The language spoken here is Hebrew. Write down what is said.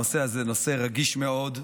הנושא הזה הוא נושא רגיש מאוד.